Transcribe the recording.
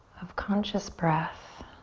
of conscious breath.